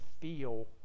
feel